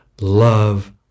love